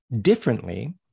differently